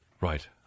Right